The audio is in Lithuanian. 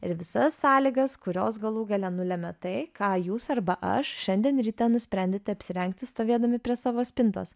ir visas sąlygas kurios galų gale nulemia tai ką jūs arba aš šiandien ryte nusprendėte apsirengti stovėdami prie savo spintos